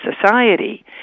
society